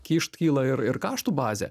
kyšt kyla ir ir kaštų bazė